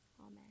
Amen